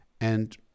And